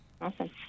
Awesome